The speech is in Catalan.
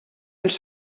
ens